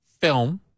film